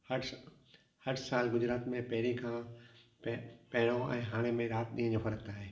हर हर साल गुजरात में पहिरी खां प पेर्यों ऐं हाणे में राति ॾींहं जो फ़र्क़ु आहे